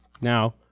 now